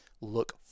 look